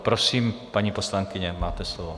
Prosím, paní poslankyně, máte slovo.